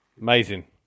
Amazing